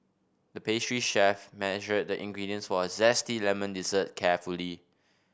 the pastry chef measured the ingredients for a zesty lemon dessert carefully